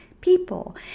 people